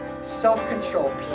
self-control